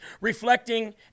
reflecting